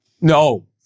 No